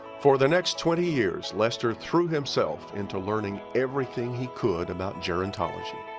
for the next twenty years lester threw himself into learning everything he could about gerontology.